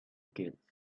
gates